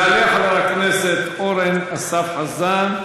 יעלה חבר הכנסת אורן אסף חזן,